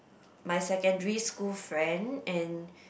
my secondary school friend and